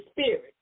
Spirit